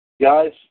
Guys